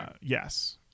Yes